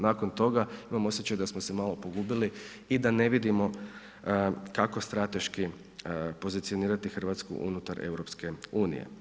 Nakon toga imam osjećaj da smo se malo pogubili i da ne vidimo kako strateški pozicionirati Hrvatsku unutar EU.